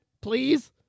please